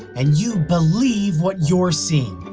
and you believe what you're seeing.